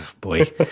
boy